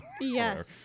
Yes